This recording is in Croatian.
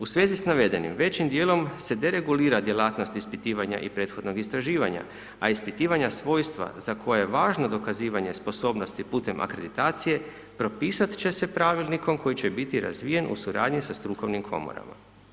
U svezi s navedenim, većim dijelom se deregulira djelatnost ispitivanja i prethodnog istraživanja, a ispitivanja svojstva za koja je važno dokazivanje sposobnosti putem akreditacije, propisati će se Pravilnikom koji će biti razvijen u suradnji sa strukovnim komorama.